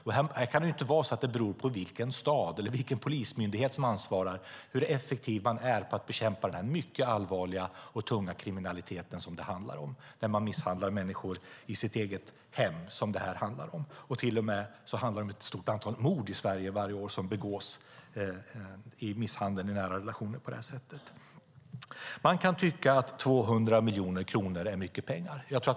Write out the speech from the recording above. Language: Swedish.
Hur effektivt bekämpandet av denna mycket allvarliga och tunga kriminalitet är, där människor misshandlas i sina egna hem, får inte bero på var man bor eller vilken polismyndighet som ansvarar. Det handlar ju till och med om ett stort antal mord som begås varje år genom misshandel i nära relationer. Man kan tycka att 200 miljoner kronor är mycket pengar.